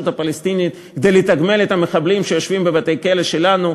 הפלסטינית משלמת כדי לתגמל את המחבלים שיושבים בבתי-כלא שלנו,